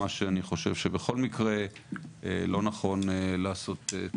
מה שאני חושב שבכל מקרה לא נכון לעשות את